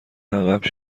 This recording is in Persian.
عقب